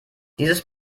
dieses